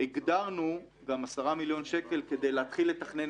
הגדרנו גם 10 מיליון שקל כדי להתחיל לתכנן